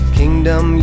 kingdom